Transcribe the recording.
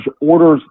orders